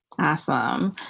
Awesome